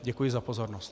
Děkuji za pozornost.